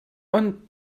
und